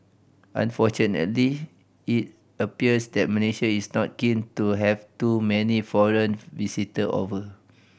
unfortunately it appears that Malaysia is not keen to have too many foreign visitor over